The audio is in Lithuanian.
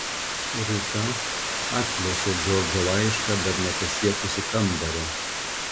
rūta atplėšė džordžo laišką dar nepasiekusi kambario